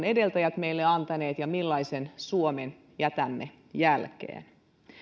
edeltäjät meille antaneet ja millaisen suomen jätämme jälkeen